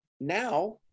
now